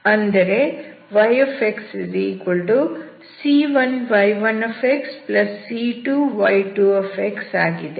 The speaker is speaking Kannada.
ಅಂದರೆ yxc1y1c2y2 ಆಗಿದೆ